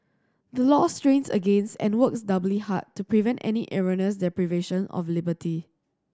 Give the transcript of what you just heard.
the law strains against and works doubly hard to prevent any erroneous deprivation of liberty